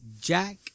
Jack